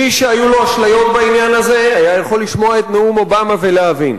מי שהיו לו אשליות בעניין הזה היה יכול לשמוע את נאום אובמה ולהבין.